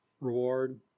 reward